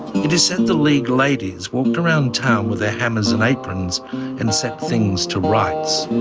it is said the league ladies walked around town with their hammers and aprons and set things to rights.